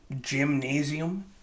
gymnasium